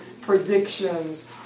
predictions